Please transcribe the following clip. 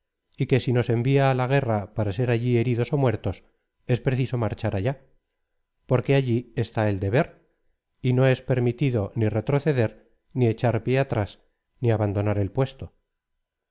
y que si nos envía á la guerra para ser alu heridos ó muertos es preciso marchar allá porque allí está el deber y no es permitido ni retroceder ni echar pié atrás ni abandonar el puesto